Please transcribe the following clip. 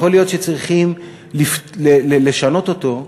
יכול להיות שצריכים לשנות אותו,